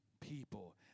people